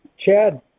Chad